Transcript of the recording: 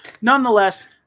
nonetheless